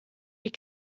die